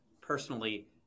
personally